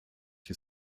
die